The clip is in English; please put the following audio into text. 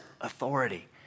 authority